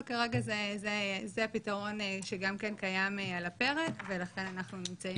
וכרגע זה הפתרון שגם כן קיים על הפרק ולכן אנחנו נמצאים כאן.